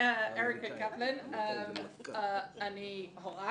אני הורה.